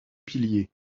piliers